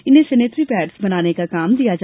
इन्हें sanitary pad बनाने का काम दिया गया